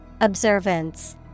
Observance